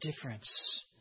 difference